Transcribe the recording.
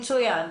מצוין,